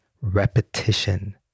repetition